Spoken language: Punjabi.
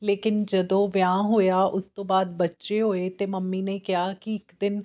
ਲੇਕਿਨ ਜਦੋਂ ਵਿਆਹ ਹੋਇਆ ਉਸ ਤੋਂ ਬਾਅਦ ਬੱਚੇ ਹੋਏ ਤਾਂ ਮੰਮੀ ਨੇ ਕਿਹਾ ਕਿ ਇੱਕ ਦਿਨ